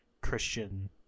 christian